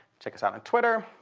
check us out on twitter.